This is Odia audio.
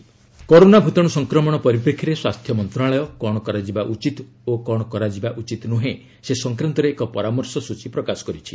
ଡୁକ୍ ଆଣ୍ଡ ଡୋଣ୍ଟସ୍ କରୋନା ଭୂତାଣୁ ସଂକ୍ରମଣ ପରିପ୍ରେକ୍ଷୀରେ ସ୍ୱାସ୍ଥ୍ୟ ମନ୍ତ୍ରଣାଳୟ କ'ଣ କରାଯିବା ଉଚିତ୍ ଓ କ'ଣ କରାଯିବା ଉଚିତ୍ ନୁହେଁ ସେ ସଂକ୍ରାନ୍ତରେ ଏକ ପରାମର୍ଶ ସ୍ନଚୀ ପ୍ରକାଶ କରିଛି